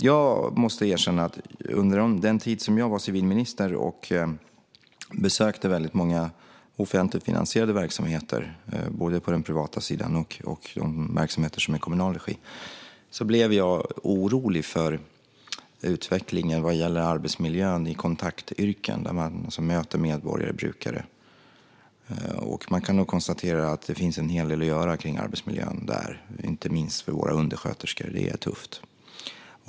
Jag måste erkänna att under den tid som jag var civilminister och besökte väldigt många offentligt finansierade verksamheter både på den privata sidan och de verksamheter som är i kommunal regi blev jag orolig för utvecklingen vad gäller arbetsmiljön i kontaktyrken där människor möter medborgare, brukare. Man kan konstatera att det finns en hel del att göra för arbetsmiljön där. Det gäller inte minst för våra undersköterskor. Det är tufft.